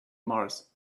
mars